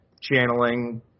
channeling